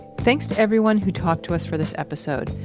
thanks to everyone who talked to us for this episode.